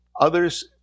Others